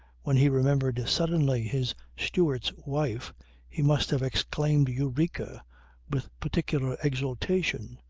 when he remembered suddenly his steward's wife he must have exclaimed eureka with particular exultation.